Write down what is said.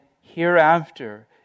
hereafter